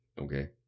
okay